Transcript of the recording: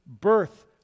birth